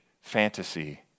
fantasy